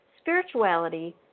spirituality